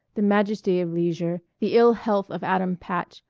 the majesty of leisure, the ill health of adam patch,